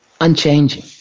unchanging